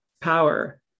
power